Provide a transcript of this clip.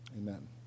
Amen